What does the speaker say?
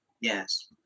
Yes